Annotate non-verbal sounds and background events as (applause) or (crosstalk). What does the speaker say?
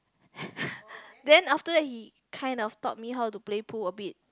(breath) then after that he kind of taught me how to play pool a bit